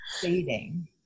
fading